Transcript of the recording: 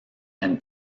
and